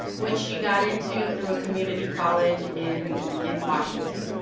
which she got into through a community college in in washington.